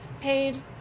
paid